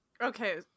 Okay